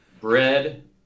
bread